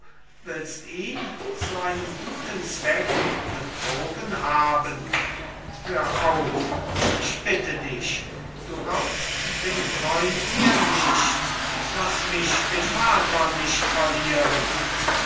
willst ihn zu einem guten zweck betrogen haben hör auf ich bitte dich du raubst den freund mir nicht laß mich den vater nicht verlieren